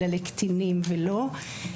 אלא לקטינים ולא.